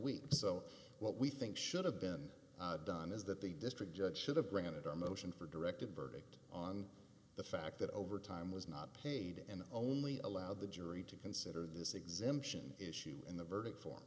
week so what we think should have been done is that the district judge should have granted a motion for directed verdict on the fact that overtime was not paid and only allowed the jury to consider this exemption issue in the verdict for